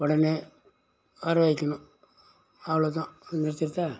உடனே வர வைக்கணும் அவ்வளோ தான் நிறுத்திடட்டா